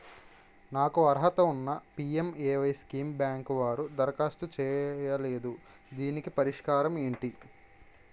నాకు అర్హత ఉన్నా పి.ఎం.ఎ.వై స్కీమ్ బ్యాంకు వారు దరఖాస్తు చేయలేదు దీనికి పరిష్కారం ఏమిటి?